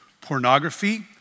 pornography